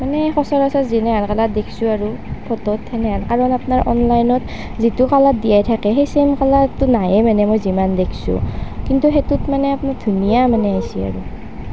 মানে সচৰাচৰ যেনেহেন কালাৰ দেখিছোঁ আৰু ফটোত সেনেহেন কালাৰ আপোনাৰ অনলাইনত যিটো কালাৰ দিয়া থাকে সেই চেম কালাৰটো নাহেই মানে মই যিমান দেখিছোঁ কিন্তু সেইটোত মানে আপুনি ধুনীয়া মানে আহিছে আৰু